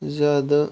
زیادٕ